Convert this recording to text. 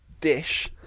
dish